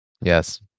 Yes